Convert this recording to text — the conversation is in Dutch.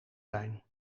zijn